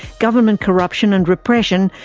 government corruption and repression,